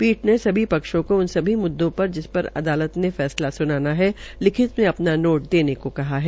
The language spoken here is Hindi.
पीठ ने सभी पक्षों को उन सभी मुद्दों पर जिस पर अदालत ने फैसला सुनाना है लिखित में अपना नोट देने को कहा है